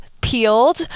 peeled